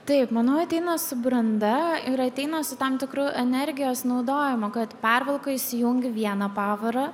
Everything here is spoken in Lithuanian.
taip manau ateina su branda ir ateina su tam tikru energijos naudojimu kad pervalkoj įsijungi vieną pavarą